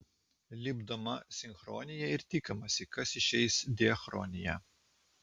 lipdoma sinchronija ir tikimasi kas išeis diachronija